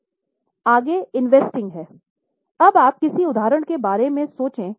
आगे इन्वेस्टिंग हैं अब आप किस उदाहरण के बारे में सोच सकते हैं